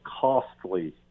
costly